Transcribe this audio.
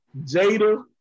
Jada